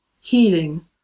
healing